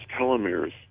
telomeres